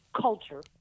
culture